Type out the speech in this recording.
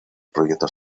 proyectos